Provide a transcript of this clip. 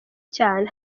cyane